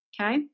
Okay